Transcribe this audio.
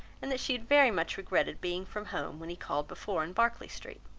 and that she had very much regretted being from home, when he called before in berkeley street.